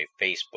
Facebook